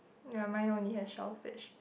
ya mine only have shellfish